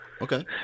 Okay